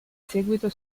seguito